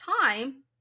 time